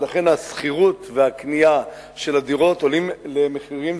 ולכן השכירות והקנייה של הדירות עולות למחירים,